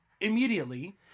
immediately